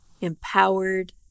empowered